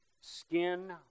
skin